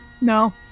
No